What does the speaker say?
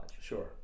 sure